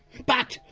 but,